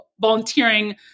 volunteering